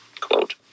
quote